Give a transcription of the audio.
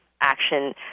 action